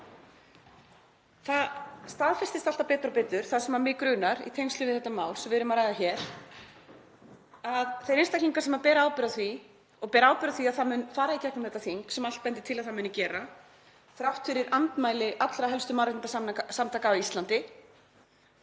Það staðfestist alltaf betur og betur það sem mig grunar í tengslum við þetta mál sem við erum að ræða hér, að þeir einstaklingar sem bera ábyrgð á því og bera ábyrgð á því að það mun fara í gegnum þetta þing, sem allt bendir til að það muni gera þrátt fyrir andmæli allra helstu mannréttindasamtaka á Íslandi,